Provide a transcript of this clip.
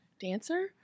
Dancer